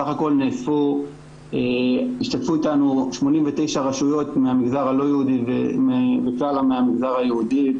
בסך הכל השתתפו אתנו 89 רשויות מהמגזר הלא-יהודי ומיעוטן מהמגזר היהודי.